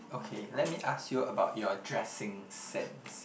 okay let me ask you about your dressing sense